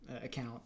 account